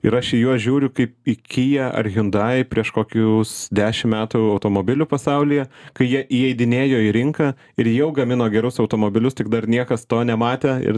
ir aš į juos žiūriu kaip į kia ar hyundai prieš kokius dešim metų automobiliu pasaulyje kai jie įeidinėjo į rinką ir jau gamino gerus automobilius tik dar niekas to nematė ir